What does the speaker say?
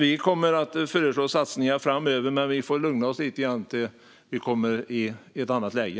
Vi kommer att föreslå satsningar framöver, men vi får lugna oss lite grann och vänta tills vi kommer i ett annat läge.